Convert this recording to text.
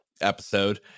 episode